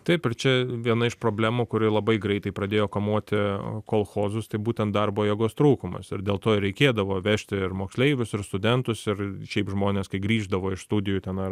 taip ir čia viena iš problemų kuri labai greitai pradėjo kamuoti kolchozus tai būtent darbo jėgos trūkumas ir dėl to ir reikėdavo vežti ir moksleivius ir studentus ir šiaip žmones kai grįždavo iš studijų ten ar